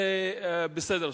זה בסדר.